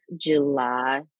July